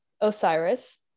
osiris